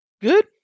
good